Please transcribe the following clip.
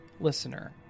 listener